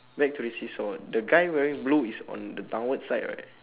back to the seesaw the guy wearing blue is on the downward side right